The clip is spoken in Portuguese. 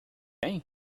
bem